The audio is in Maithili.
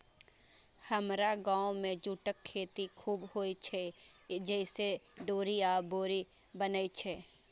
हमरा गाम मे जूटक खेती खूब होइ छै, जइसे डोरी आ बोरी बनै छै